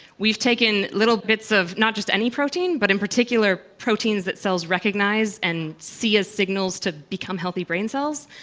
we've taken little bits of not just any protein but in particular proteins that cells recognise and see as signals to become healthy brain cells.